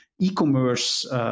e-commerce